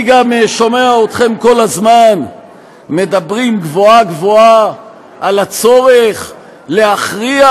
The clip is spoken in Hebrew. אני שומע אתכם כל הזמן מדברים גבוהה-גבוהה על הצורך להכריע,